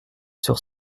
sur